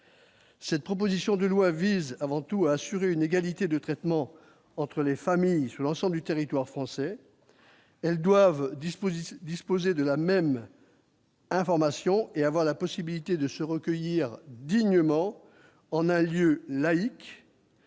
Cette proposition de loi vise avant tout à assurer une égalité de traitement entre les familles, sur l'ensemble du territoire français, elles doivent disposition disposer de la même. Information et avoir la possibilité de se recueillir, dignement, on a lieu laïc.